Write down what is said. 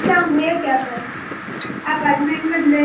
सांगूया की आपण आपार्टमेंटमधले